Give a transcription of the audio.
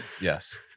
Yes